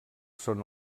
són